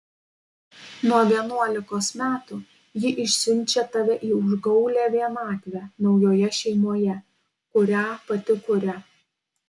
nuo vienuolikos metų ji išsiunčia tave į užgaulią vienatvę naujoje šeimoje kurią pati kuria